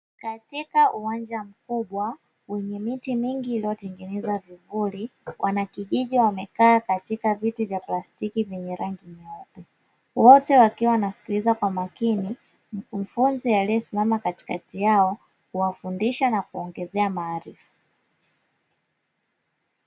Katika uwanja mkubwa wenye miti mingi iliyo tengeneza vivuli wanakijiji wamekaa kwenye viti vya plastiki vyenye rangi nyeupe wote wakiwa wanasikiliza kwa makini mkufunzi aliyesimama katikati yao kuwafundisha na kuwaongezea maarifa.